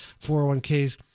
401ks